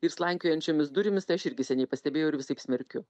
ir slankiojančiomis durimis tai aš irgi seniai pastebėjau ir visaip smerkiu